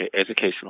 educational